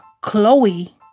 Chloe